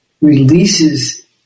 releases